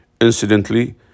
incidentally